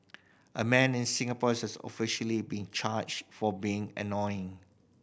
a man in Singapore has officially been charged for being annoying